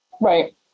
right